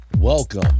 Welcome